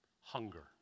hunger